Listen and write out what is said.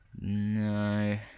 No